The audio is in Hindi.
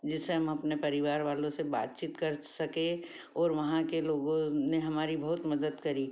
जिससे हम अपने परिवार वालों से बातचीत कर सकें और वहाँ के लोगों ने हमारी बहुत मदद करी